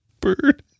Bird